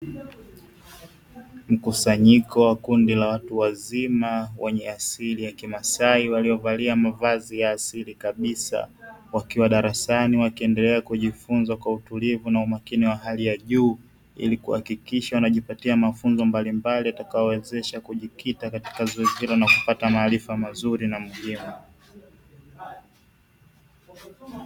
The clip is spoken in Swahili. Mkusanyiko wa kundi la watu wazima, wenye asili ya kimaasai waliyovalia mavazi ya asili kabisa wakiwa darasani wakiendelea kujifunza kwa utulivu na umakini wa hali ya juu, ili kuhakikisha wanajipatia mafunzo mbalimbali yatakayowawezesha kujikita katika zoezi hilo na kupata maarifa mazuri na muhimu.